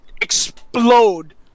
explode